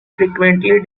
frequently